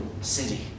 city